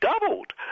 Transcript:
doubled